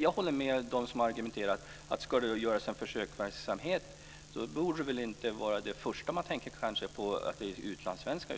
Jag håller med dem som i sin argumentation har sagt att ska det göras en försöksverksamhet är kanske inte utlandssvenskarna de första man tänker på. I så fall